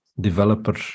developer